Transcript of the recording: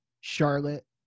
Charlotte